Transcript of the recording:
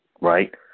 right